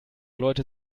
leute